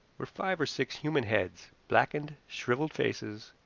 were five or six human heads, blackened, shriveled faces,